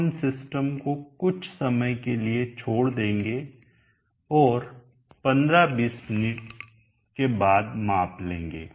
अब हम सिस्टम को कुछ समय के लिए छोड़ देंगे और 15 20 मिनट के बाद माप लेंगे